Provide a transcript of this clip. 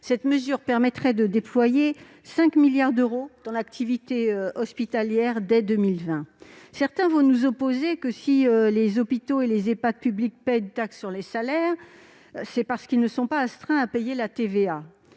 cette mesure permettrait de déployer 5 milliards d'euros dans l'activité hospitalière dès 2020. Certains nous opposeront que, si les hôpitaux et les Ehpad publics paient une taxe sur les salaires, c'est parce qu'ils ne sont pas astreints à payer la TVA.